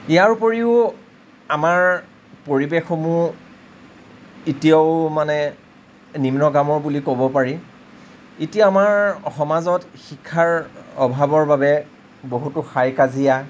ইয়াৰোপৰিও আমাৰ পৰিৱেশসমূহ এতিয়াও মানে নিম্নগামৰ বুলি ক'ব পাৰি এতিয়া আমাৰ সমাজত শিক্ষাৰ অভাৱৰ বাবে বহুতো হাই কাজিয়া